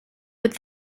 with